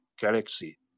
galaxy